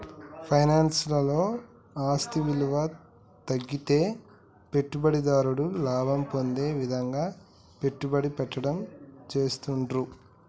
finance లలో ఆస్తి విలువ తగ్గితే పెట్టుబడిదారుడు లాభం పొందే విధంగా పెట్టుబడి పెట్టడం చేస్తాండ్రు